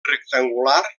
rectangular